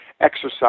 exercise